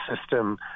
system